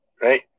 right